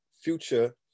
future